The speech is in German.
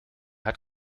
hat